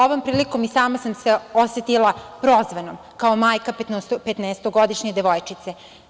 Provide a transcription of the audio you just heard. Ovom prilikom i sama sam se osetila prozvanom kao majka petnaestogodišnje devojčice.